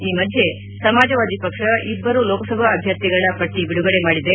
ಈ ಮಧ್ಯೆ ಸಮಾಜವಾದಿ ಪಕ್ಷ ಇಬ್ಬರು ಲೋಕಸಭಾ ಅಭ್ಯರ್ಥಿಗಳ ಪಟ್ಟಿ ಬಿಡುಗಡೆ ಮಾಡಿದೆ